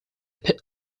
pit